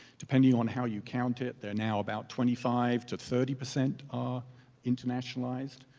depending on how you count it, they're now about twenty five to thirty percent are internationalized.